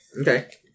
Okay